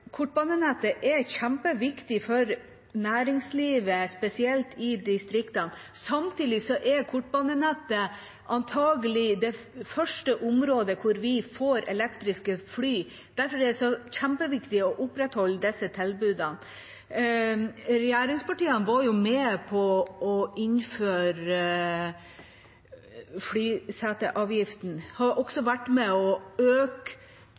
Kortbanenettet er kjempeviktig for næringslivet, spesielt i distriktene. Samtidig er kortbanenettet antakelig det første området hvor vi får elektriske fly. Derfor er det så kjempeviktig å opprettholde disse tilbudene. Regjeringspartiene var med på å innføre flyseteavgiften og har også vært med på å øke